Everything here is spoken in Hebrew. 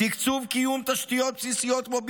תקצוב קיום תשתיות בסיסיות כמו ביוב,